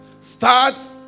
Start